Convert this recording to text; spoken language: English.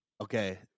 Okay